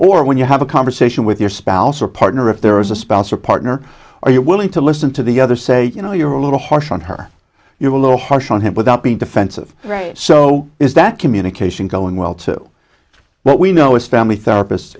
or when you have a conversation with your spouse or partner if there is a spouse or partner or you're willing to listen to the other say you know you're a little harsh on her you're a little harsh on him without being defensive right so is that communication going well to what we know as family therapist